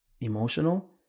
emotional